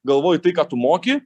galvoji tai ką tu moki